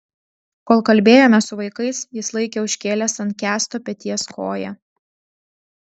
kol kalbėjomės su vaikais jis laikė užkėlęs ant kęsto peties koją